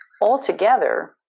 Altogether